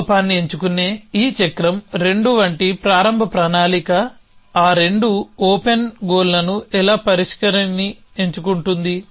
ఈ లోపాన్ని ఎంచుకునే ఈ చక్రం రెండు వంటి ప్రారంభ ప్రణాళిక ఆ రెండు ఓపెన్ గోల్లను ఎలా పరిష్కరిణిని ఎంచుకుంటుంది